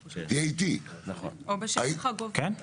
כן,